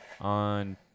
on